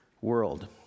world